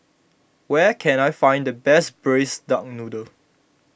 where can I find the best Braised Duck Noodle